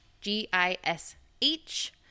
G-I-S-H